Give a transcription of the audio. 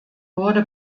wurde